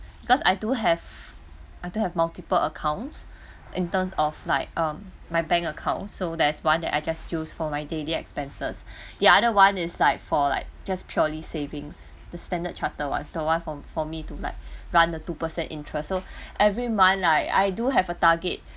because I do have I do have multiple accounts in terms of like um my bank account so there's one that I just use for my daily expenses the other one is like for like just purely savings the standard charter one the one for for me to like run the two percent interest so every month like I do have a target